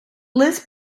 list